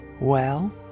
Well